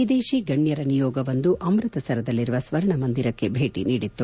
ವಿದೇಶಿ ಗಣ್ಣರ ನಿಯೋಗವೊಂದು ಅಮ್ಬತಸರದಲ್ಲಿರುವ ಸ್ವರ್ಣಮಂದಿರಕ್ಕೆ ಭೇಟಿ ನೀಡಿತ್ತು